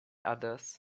others